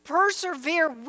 Persevere